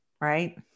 right